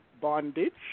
bondage